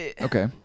Okay